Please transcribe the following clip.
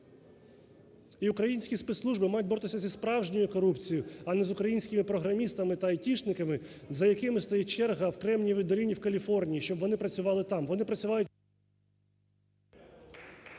і українські спецслужби мають боротися зі справжньою корупцією, а не з українськими програмістами та айтішниками, за якими стоїть черга в Кремнієвій долині в Каліфорнії, щоб вони працювали там. Вони працюють…